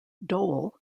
dole